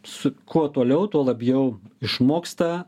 su kuo toliau tuo labiau išmoksta